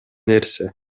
нерсе